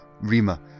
Rima